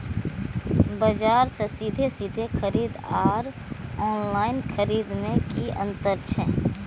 बजार से सीधे सीधे खरीद आर ऑनलाइन खरीद में की अंतर छै?